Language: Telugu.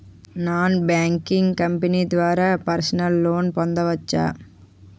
నాన్ బ్యాంకింగ్ కంపెనీ ద్వారా పర్సనల్ లోన్ పొందవచ్చా?